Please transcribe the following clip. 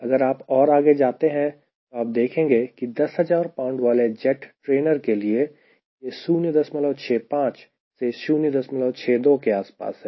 अगर आप और आगे जाते हैं तो आप देखेंगे कि 10000 pound वाले जेट ट्रेनर के लिए यह 065 से 062 के आसपास है